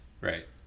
Right